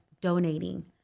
donating